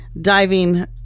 diving